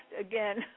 again